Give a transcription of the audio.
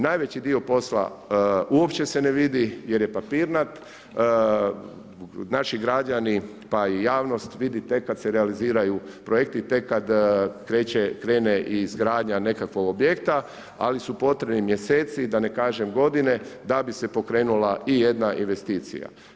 Najveći dio posla uopće se ne vidi jer je papirnat, naši građani pa i javnost, vidi tek kad se realiziraju projekti, tek kad krene izgradnja nekakvog objekta, ali su potrebni mjeseci, da ne kažem godine da bi se pokrenula i jedna investicija.